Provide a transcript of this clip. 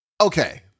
Okay